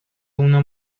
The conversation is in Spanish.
una